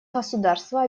государства